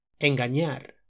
Engañar